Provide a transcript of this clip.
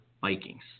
Vikings